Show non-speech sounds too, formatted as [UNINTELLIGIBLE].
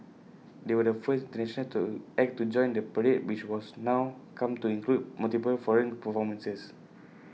they were the first [UNINTELLIGIBLE] to act to join the parade which was now come to include multiple foreign performances